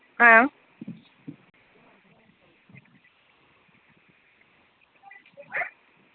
हां